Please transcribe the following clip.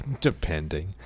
Depending